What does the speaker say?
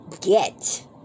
get